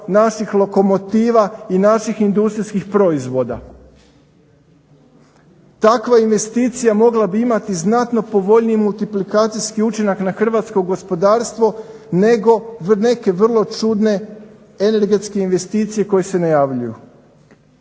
naših lokomotiva i naših industrijskih proizvoda. Takva investicija mogla bi imati znatno povoljniji multiplikacijski učinak na hrvatsko gospodarstvo, nego za neke vrlo čudne energetske investicije koje se najavljuju.